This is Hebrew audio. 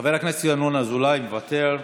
חבר הכנסת ינון אזולאי, מוותר,